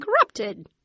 corrupted